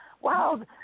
wow